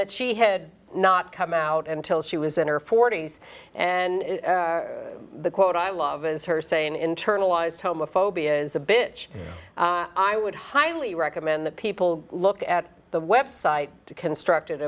that she had not come out until she was in her forty's and the quote i love is her saying internalized homophobia is a bitch i would highly recommend that people look at the website constructed